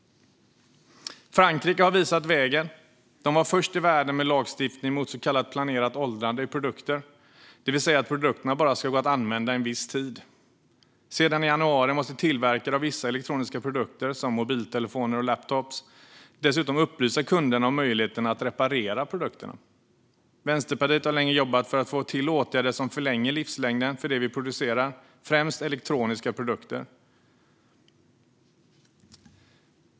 Frankrike har visat vägen. De var först i världen med lagstiftning mot så kallat planerat åldrande i produkter, det vill säga att produkterna bara ska gå att använda en viss tid. Sedan i januari måste tillverkare av vissa elektroniska produkter, som mobiltelefoner och laptoppar, dessutom upplysa kunderna om möjligheterna att reparera produkterna. Vänsterpartiet har länge jobbat för att få till åtgärder som förlänger livslängden för det vi producerar, främst elektroniska produkter.